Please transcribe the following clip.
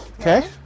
Okay